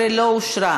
16 לא אושרה.